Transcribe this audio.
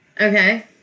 Okay